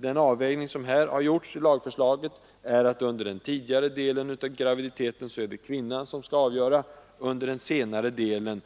Den avvägning som har gjorts i lagförslaget är att det under den tidigare delen av graviditeten är kvinnan som skall avgöra, medan under senare delen